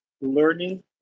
learning